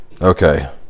okay